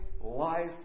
life